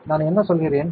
நான் என்ன சொல்கிறேன்